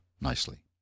nicely